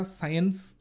science